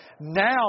Now